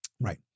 Right